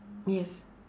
yes